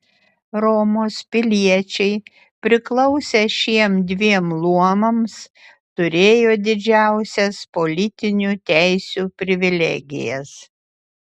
romos piliečiai priklausę šiems dviem luomams turėjo didžiausias politiniu teisių privilegijas